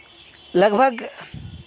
ᱞᱟᱜᱽ ᱵᱷᱟᱜᱽ